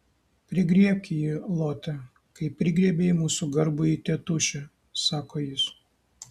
prigriebk jį lote kaip prigriebei mūsų garbųjį tėtušį sako jis